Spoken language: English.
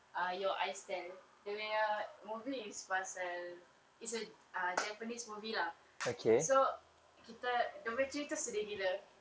ah your eyes tell dia punya movie is pasal is a ah japanese movie lah so kita dia punya cerita sedih gila